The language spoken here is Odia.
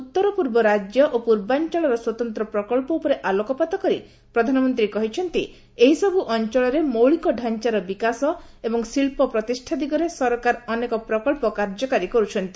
ଉତ୍ତର ପୂର୍ବ ରାଜ୍ୟ ଓ ପୂର୍ବାଞ୍ଚଳର ସ୍ୱତନ୍ତ୍ର ପ୍ରକଳ୍ପ ଉପରେ ଆଲୋକପାତ କରି ପ୍ରଧାନମନ୍ତ୍ରୀ କହିଛନ୍ତି ଏହିସର୍ ଅଞ୍ଚଳରେ ମୌଳିକଢାଞ୍ଚାର ବିକାଶ ଏବଂ ଶିଳ୍ପ ପ୍ରତିଷ୍ଠା ଦିଗରେ ସରକାର ଅନେକ ପ୍ରକଳ୍ପ କାର୍ଯ୍ୟକାରୀ କରୁଛନ୍ତି